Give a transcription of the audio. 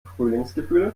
frühlingsgefühle